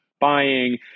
buying